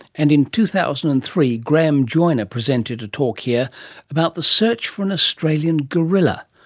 and in two thousand and three graham joyner presented a talk here about the search for an australian gorilla,